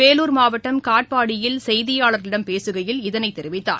வேலூர் மாவட்டம் காட்பாடியில் செய்தியாளர்களிடம் பேசுகையில் இதனைத் தெரிவித்தார்